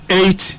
eight